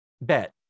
bet